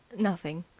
nothing.